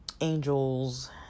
angels